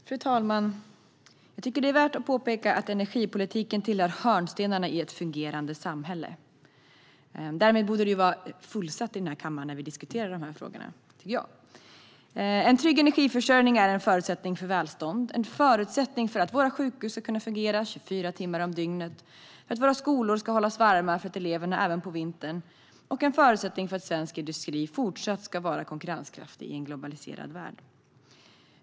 Fru talman! Jag tycker att det är värt att påpeka att energipolitiken tillhör hörnstenarna i ett fungerande samhälle. Därmed tycker jag att det borde vara fullsatt i kammaren när vi diskuterar de här frågorna. En trygg energiförsörjning är en förutsättning för välstånd - en förutsättning för att våra sjukhus ska kunna fungera 24 timmar om dygnet, en förutsättning för att våra skolor ska hållas varma för eleverna även på vintern och en förutsättning för att svensk industri fortsatt ska vara konkurrenskraftig i en globaliserad värld.